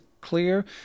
clear